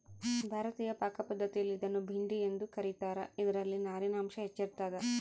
ಭಾರತೀಯ ಪಾಕಪದ್ಧತಿಯಲ್ಲಿ ಇದನ್ನು ಭಿಂಡಿ ಎಂದು ಕ ರೀತಾರ ಇದರಲ್ಲಿ ನಾರಿನಾಂಶ ಹೆಚ್ಚಿರ್ತದ